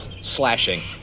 slashing